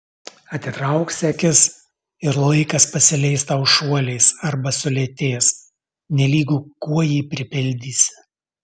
atitrauksi akis ir laikas pasileis tau šuoliais arba sulėtės nelygu kuo jį pripildysi